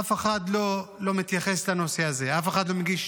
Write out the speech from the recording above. אף אחד לא מתייחס לנושא הזה, אף אחד לא מגיש